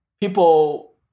people